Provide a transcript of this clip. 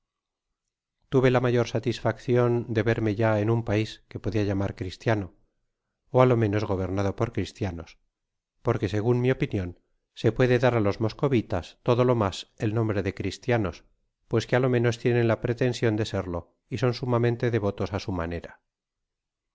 tuve la mayor satisfaccion de verme ya en un pais que podia llamar cristiano ó á lo menos gobernado por cristianos porque segun mi opinion se puede dar á los moscovitas todo lo mas el nombre de cristianos pues que á lo menos tienen la pretension de serlo y son sumamente devotos á su manera